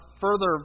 further